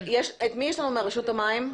מי יש לנו מרשות המים?